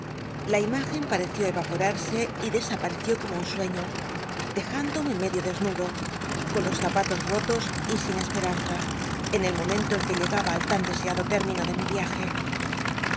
la imágen pareció erapora rse y desapareció como un sueño dej ndomc medio desnud o con los zapatos rotos y sin esperanza en el momento en que llegal a al tan deseado término de mi viaje